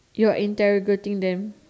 you're interrogating them